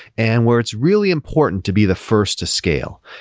and where it's really important to be the first to scale.